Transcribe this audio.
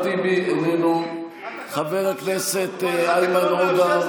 לעילוי נשמת איאד אלחלאק,